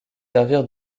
servir